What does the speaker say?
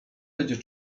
będzie